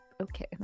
okay